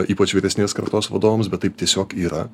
ypač vyresnės kartos vadovams bet taip tiesiog yra